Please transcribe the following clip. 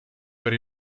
per